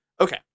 Okay